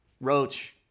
Roach